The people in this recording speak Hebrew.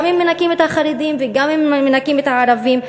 גם אם מנכים את החרדים וגם אם מנכים את הערבים,